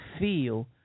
feel